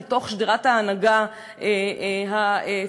לתוך שדרת ההנהגה הצבאית.